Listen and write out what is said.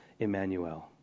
Emmanuel